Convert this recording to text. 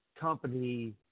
company